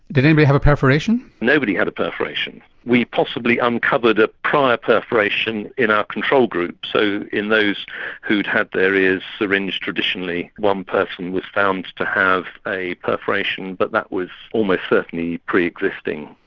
did anybody have a perforation? nobody had a perforation, we possibly uncovered a prior perforation in our control group so in those who'd had their ears syringed traditionally one person was found to have a perforation but that was almost certainly pre-existing.